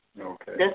Okay